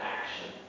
action